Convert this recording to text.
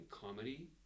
comedy